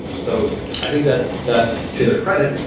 so i think that's that's to their credit,